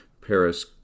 Paris